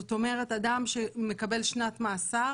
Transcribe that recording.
אדם שמקבל שנת מאסר,